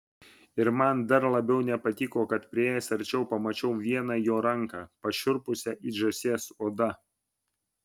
ir man dar labiau nepatiko kai priėjęs arčiau pamačiau vieną jo ranką pašiurpusią it žąsies oda